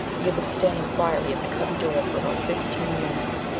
we had been standing quietly at the cubby door for about fifteen minutes.